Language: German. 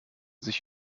sich